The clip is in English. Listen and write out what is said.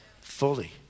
fully